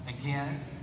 again